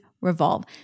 Revolve